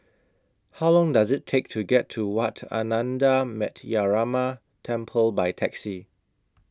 How Long Does IT Take to get to Wat Ananda Metyarama Temple By Taxi